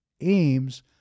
aims